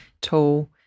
tool